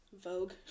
vogue